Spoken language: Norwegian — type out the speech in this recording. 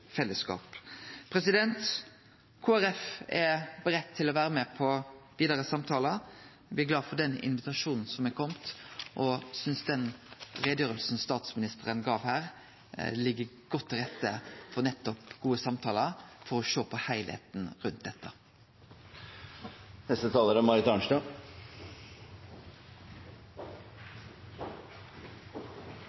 fellesskap. Kristeleg Folkeparti er klar til å vere med på vidare samtalar. Me er glade for den invitasjonen som er komen og synest den utgreiinga statsministeren ga her, legg godt til rette for gode samtalar for å sjå på heilskapen rundt